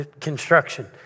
construction